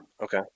okay